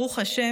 ברוך ה',